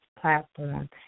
platform